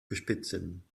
bespitzeln